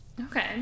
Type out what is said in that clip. Okay